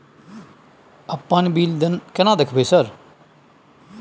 अपन बिल केना देखबय सर?